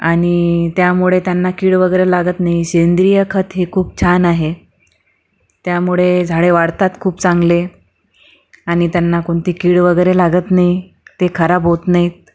आणि त्यामुळे त्यांना कीड वगैरे लागत नाही सेंद्रिय खत हे खूप छान आहे त्यामुळे झाडे वाढतात खूप चांगले आणि त्यांना कोणती कीड वगैरे लागत नाही ते खराब होत नाहीत